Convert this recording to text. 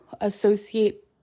associate